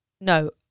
No